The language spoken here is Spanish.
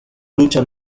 lucha